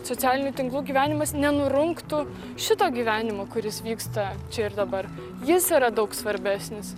socialinių tinklų gyvenimas nenurungtų šito gyvenimo kuris vyksta čia ir dabar jis yra daug svarbesnis